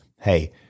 Hey